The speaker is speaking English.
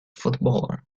footballer